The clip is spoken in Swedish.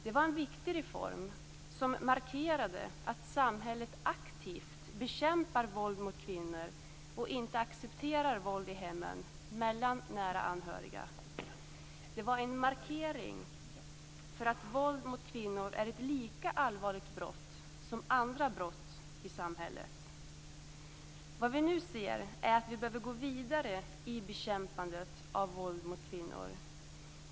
Det var en viktig reform som markerade att samhället aktivt bekämpar våld mot kvinnor och inte accepterar våld i hemmen mellan nära anhöriga. Det var en markering av att våld mot kvinnor är ett lika allvarligt brott som andra brott i samhället. Vad vi nu ser är att vi behöver gå vidare i bekämpandet av våld mot kvinnor.